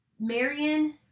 Marion